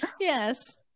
yes